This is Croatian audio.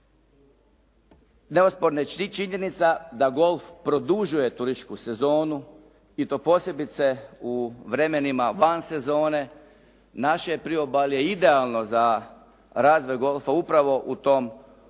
Neosporna je i činjenica da golf produžuje turističku sezonu i to posebice u vremenima van sezone. Naše je priobalje idealno za razvoj golfa upravo u tom vremenu